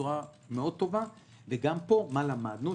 בצורה מאוד טובה, וגם פה מה למדנו?